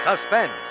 Suspense